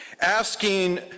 asking